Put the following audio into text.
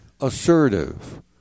assertive